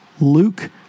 Luke